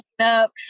up